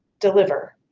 deliver.